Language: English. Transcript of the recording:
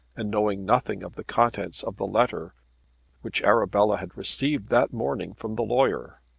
and knowing nothing of the contents of the letter which arabella had received that morning from the lawyer.